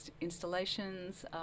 installations